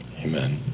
amen